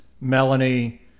Melanie